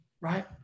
right